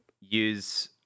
use